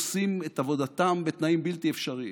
עושים את עבודתם בתנאים בלתי אפשריים,